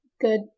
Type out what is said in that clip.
good